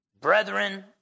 Brethren